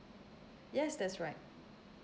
yes that's right